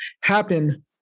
happen